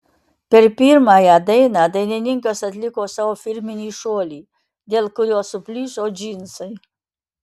per pirmąją dainą dainininkas atliko savo firminį šuolį dėl kurio suplyšo džinsai